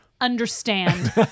understand